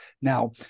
Now –